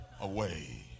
away